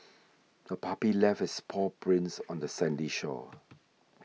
the puppy left its paw prints on the sandy shore